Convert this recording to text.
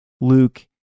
Luke